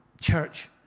Church